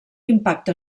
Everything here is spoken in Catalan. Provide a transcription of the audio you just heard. impacte